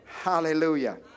Hallelujah